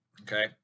okay